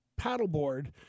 paddleboard